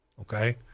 okay